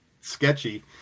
sketchy